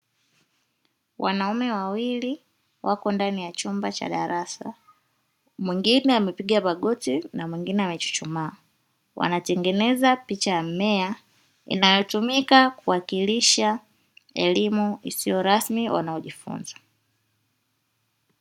Wanaume wawili wako ndani ya chumba cha darasa, mwingine amepiga magoti na mwingine amechuchumaa, wanatengeneza picha ya mmea inayotumika kuwakilisha elimu isiyo rasmi wanayojifunza.